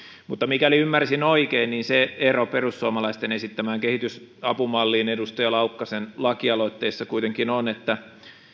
mutta mikäli ymmärsin oikein niin se ero perussuomalaisten esittämään kehitysapumalliin edustaja laukkasen lakialoitteessa kuitenkin on että